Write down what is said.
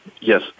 Yes